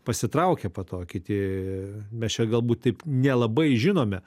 pasitraukė po to kiti mes čia galbūt taip nelabai žinome